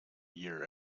year